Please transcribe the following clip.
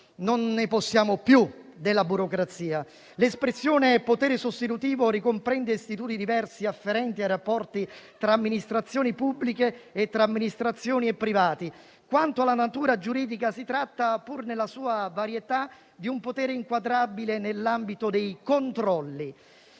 Non ne possiamo più della burocrazia. L'espressione «potere sostitutivo» ricomprende istituti diversi afferenti ai rapporti tra amministrazioni pubbliche e tra amministrazioni e privati. Quanto alla natura giuridica, si tratta, pur nella sua varietà, di un potere inquadrabile nell'ambito dei controlli.